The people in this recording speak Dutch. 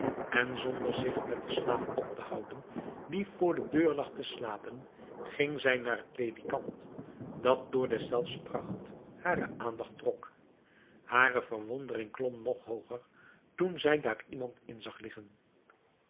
en zonder zich met den slaaf op te houden die voor de deur lag te slapen ging zij naar het ledikant dat door deszelfs pracht hare aandacht trok hare verwondering klom nog hooger toen zij daar iemand in zag liggen